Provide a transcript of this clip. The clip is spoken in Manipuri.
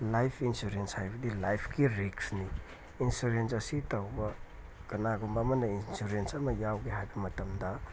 ꯂꯥꯏꯐ ꯏꯟꯁꯨꯔꯦꯟꯁ ꯍꯥꯏꯕꯗꯤ ꯂꯥꯏꯐꯀꯤ ꯔꯤꯛꯁꯅꯤ ꯏꯟꯁꯨꯔꯦꯟꯁ ꯑꯁꯤ ꯇꯧꯕ ꯀꯅꯥꯒꯨꯝꯕ ꯑꯃꯅ ꯏꯟꯁꯨꯔꯦꯟꯁ ꯑꯃ ꯌꯥꯎꯒꯦ ꯍꯥꯏꯕ ꯃꯇꯝꯗ